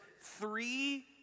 three